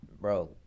Bro